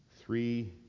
three